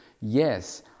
Yes